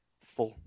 full